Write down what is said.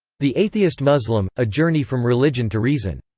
the atheist muslim a journey from religion to reason.